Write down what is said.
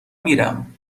میرم